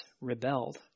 rebelled